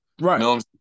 Right